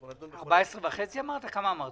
אנחנו נדון --- כמה אמרת?